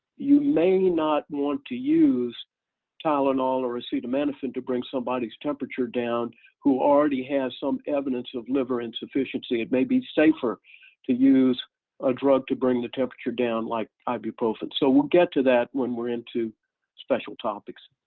you may not want to use tylenol or acetaminophen to bring somebody's temperature down who already has some evidence of liver insufficiency. it may be safer to use a drug to bring the temperature down, like ibuprofen. so we'll get to that when we're into special topics.